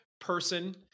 person